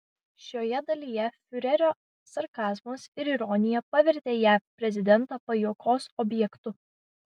šioje dalyje fiurerio sarkazmas ir ironija pavertė jav prezidentą pajuokos objektu